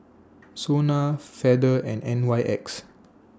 Sona Feather and N Y X